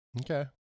Okay